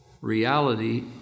reality